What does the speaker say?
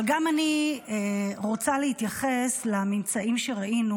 אבל גם אני רוצה להתייחס לממצאים שראינו